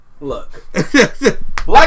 Look